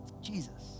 Jesus